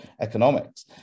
economics